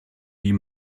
wie